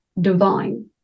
divine